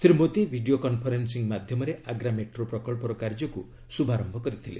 Shri Modi video conferencing ମାଧ୍ୟମରେ Agra metro ପ୍ରକଚ୍ଚର କାର୍ଯ୍ୟକୁ ଶୁଭାରୟ କରିଥିଲେ